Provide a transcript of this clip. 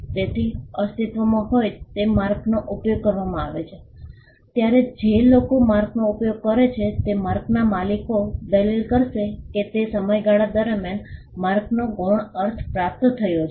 તેથી અસ્તિત્વમાં હોય તે માર્કનો ઉપયોગ કરવામાં આવે છે ત્યારે જે લોકો માર્કનો ઉપયોગ કરે છે તે માર્કના માલિકો દલીલ કરશે કે તે સમયગાળા દરમિયાન માર્કનો ગૌણ અર્થ પ્રાપ્ત થયો છે